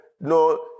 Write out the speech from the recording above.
no